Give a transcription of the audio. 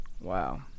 Wow